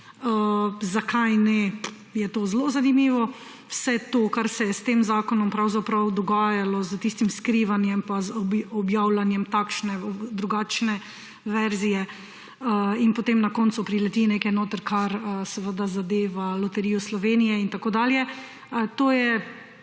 Zakaj ne? To je zelo zanimivo. Vse to, kar se je s tem zakonom pravzaprav dogajalo, tisto skrivanje pa objavljanje takšne in drugačne verzije, in potem na koncu prileti noter nekaj, kar zadeva Loterijo Slovenije in tako dalje. To je